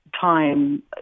time